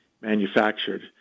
manufactured